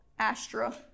Astra